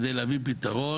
כדי להביא פתרונות,